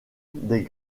des